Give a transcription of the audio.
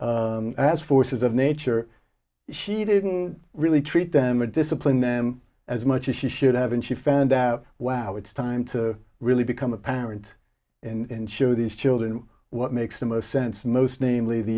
nature as forces of nature she didn't really treat them or discipline them as much as she should have and she found out wow it's time to really become a parent and show these children what makes the most sense most namely the